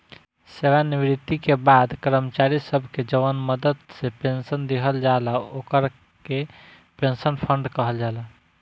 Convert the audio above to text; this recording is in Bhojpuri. सेवानिवृत्ति के बाद कर्मचारी सब के जवन मदद से पेंशन दिहल जाला ओकरा के पेंशन फंड कहल जाला